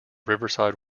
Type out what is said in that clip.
riverside